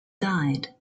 died